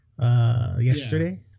yesterday